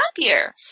happier